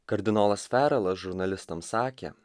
kardinolas ferelas žurnalistams sakė